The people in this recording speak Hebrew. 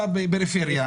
בפריפריה,